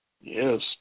Yes